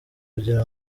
kugira